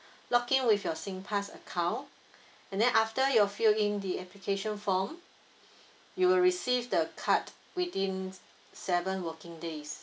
log in with your Singpass account and then after you fill in the application form you will receive the card within seven working days